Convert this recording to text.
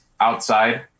outside